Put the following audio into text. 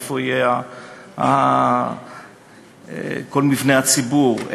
איפה יהיו כל מבני הציבור,